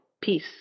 Peace